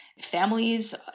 families